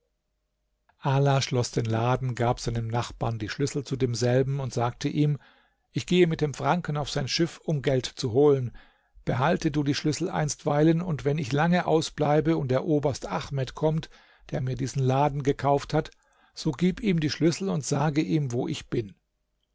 ala schloß den laden gab seinem nachbarn die schlüssel zu demselben und sagte ihm ich gehe mit dem franken auf sein schiff um geld zu holen behalte du die schlüssel einstweilen und wenn ich lange ausbleibe und der oberst ahmed kommt der mir diesen laden gekauft hat so gib ihm die schlüssel und sage ihm wo ich bin